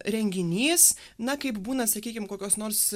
renginys na kaip būna sakykim kokios nors